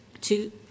two